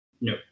No